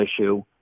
issue